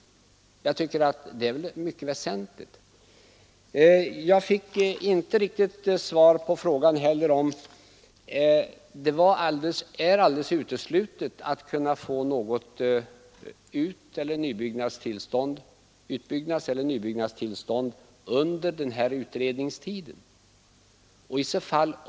Jag tycker att det är mycket väsentligt. Jag fick inte heller något riktigt svar på frågan om det är alldeles uteslutet att kunna få något utbyggnadseller nybyggnadstillstånd under utredningstiden.